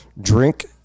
drink